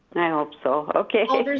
i hope so. okay.